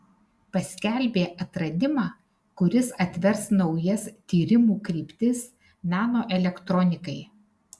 paskelbė atradimą kuris atvers naujas tyrimų kryptis nanoelektronikai